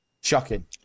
Shocking